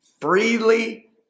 Freely